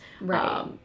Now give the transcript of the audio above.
right